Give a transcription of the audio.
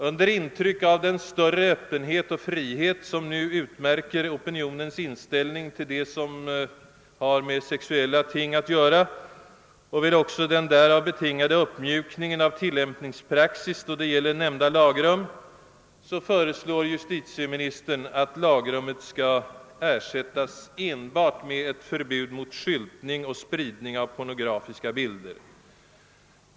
Under intryck av den större öppenhet och frihet som nu utmärker opinionens inställning till det som har med sexuella ting att göra och den därav betingade uppmjukningen av tillämpningspraxis då det gäller nämnda lagrum föreslår justitieministern att lagrummet skall ersättas med ett förbud enbart mot skyltning och spridning av pornografiska bilder.